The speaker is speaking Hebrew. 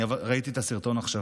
אני ראיתי את הסרטון עכשיו,